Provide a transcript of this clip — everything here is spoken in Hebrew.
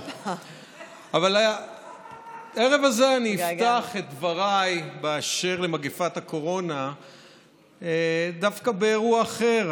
אבל הערב הזה אני אפתח את דבריי באשר למגפת הקורונה דווקא באירוע אחר,